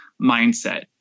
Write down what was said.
mindset